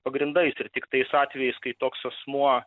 pagrindais ir tik tais atvejais kai toks asmuo